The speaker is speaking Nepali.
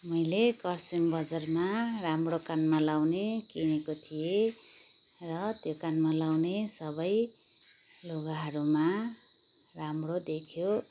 मैले खरसाङ बजारमा राम्रो कानमा लाउने किनेको थिएँ र त्यो कानमा लाउने सबै लुगाहरूमा राम्रो देखियो